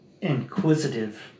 inquisitive